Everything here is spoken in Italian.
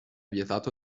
vietato